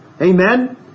Amen